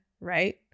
right